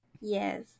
yes